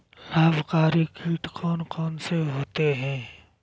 लाभकारी कीट कौन कौन से होते हैं?